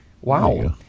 Wow